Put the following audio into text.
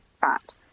fat